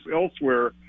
elsewhere